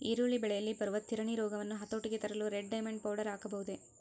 ಈರುಳ್ಳಿ ಬೆಳೆಯಲ್ಲಿ ಬರುವ ತಿರಣಿ ರೋಗವನ್ನು ಹತೋಟಿಗೆ ತರಲು ರೆಡ್ ಡೈಮಂಡ್ ಪೌಡರ್ ಹಾಕಬಹುದೇ?